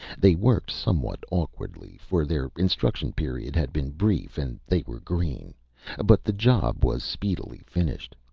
they worked somewhat awkwardly, for their instruction period had been brief, and they were green but the job was speedily finished.